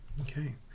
Okay